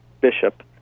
bishop